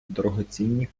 дорогоцінні